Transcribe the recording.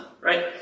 right